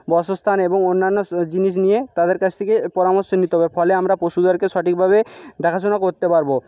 বাসস্থান এবং অন্যান্য জিনিষ নিয়ে তাদের কাছ থেকে পরামর্শ নিতে হবে ফলে আমরা পশুদেরকে সঠিকভাবে দেখাশোনা করতে পারবো